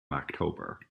october